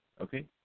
Okay